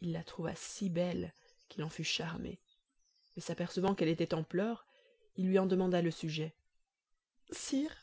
il la trouva si belle qu'il en fut charmé mais s'apercevant qu'elle était en pleurs il lui en demanda le sujet sire